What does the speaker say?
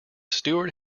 steward